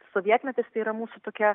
sovietmetis tai yra mūsų tokia